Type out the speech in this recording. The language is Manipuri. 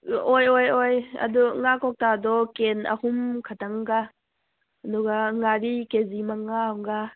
ꯑꯣꯏ ꯑꯣꯏ ꯑꯣꯏ ꯑꯗꯣ ꯉꯥ ꯀꯧꯇꯥꯗꯣ ꯀꯦꯟ ꯑꯍꯨꯝ ꯈꯛꯇꯪ ꯑꯗꯨꯒ ꯉꯥꯔꯤ ꯀꯦꯖꯤ ꯃꯉꯥ ꯑꯝꯒ